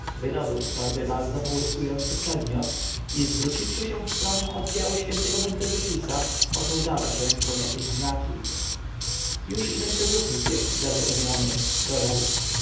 wydobył z torby bardzo połyskujący przedmiot i zwróciwszy się w stronę oddziału świętego mentezufisa począł dawać ręką jakieś znaki już i mentezufis jest zawiadomiony dodał